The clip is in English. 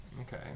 Okay